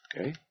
Okay